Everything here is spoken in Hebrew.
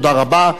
תודה רבה.